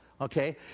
okay